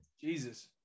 Jesus